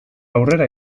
aurrera